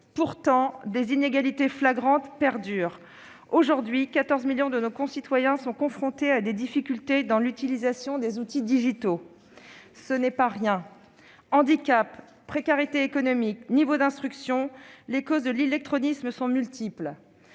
Pourtant, des inégalités flagrantes perdurent. Aujourd'hui, 14 millions de nos concitoyens sont confrontés à des difficultés dans l'utilisation des outils digitaux. Ce n'est pas rien ! Handicap, précarité économique, niveau d'instruction ... les causes de l'illectronisme sont multiples.